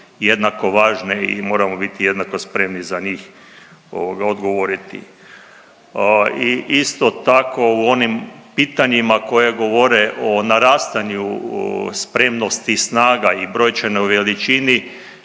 jednako važne i moramo biti jednako spremni za njih odgovoriti. I isto tako u onim pitanjima koja govore o narastanju spremnosti snaga i brojčanoj veličini,